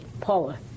Paula